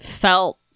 felt